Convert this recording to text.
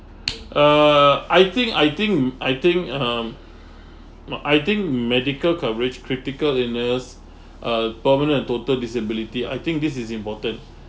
uh I think I think I think um med~ I think medical coverage critical illness uh permanent and total disability I think this is important